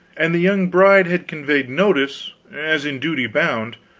an the young bride had conveyed notice, as in duty bound,